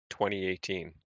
2018